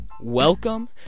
Welcome